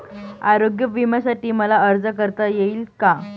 आरोग्य विम्यासाठी मला अर्ज करता येईल का?